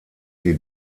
sie